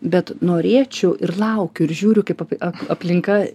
bet norėčiau ir laukiu ir žiūriu kaip ap ap aplinka